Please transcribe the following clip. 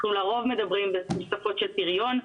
אנחנו לרוב מדברים בשפות של פריון,